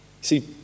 See